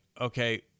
okay